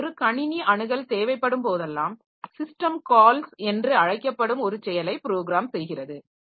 எனவே ஒரு கணினி அணுகல் தேவைப்படும்போதெல்லாம் ஸிஸ்டம் கால்ஸ் என்று அழைக்கப்படும் ஒரு செயலை ப்ரோகிராம் செய்கிறது